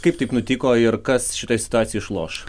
kaip taip nutiko ir kas šitoj situacijoj išloš